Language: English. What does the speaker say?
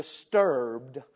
disturbed